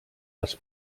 les